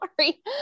sorry